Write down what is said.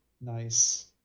Nice